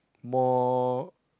more